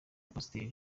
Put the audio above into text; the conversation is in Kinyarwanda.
pasiteri